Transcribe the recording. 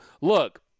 look